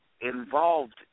involved